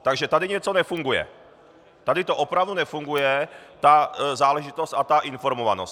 Takže tady něco nefunguje, tady to opravdu nefunguje, ta záležitost a informovanost.